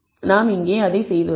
நாம் அதை செய்துள்ளோம்